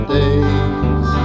days